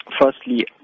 firstly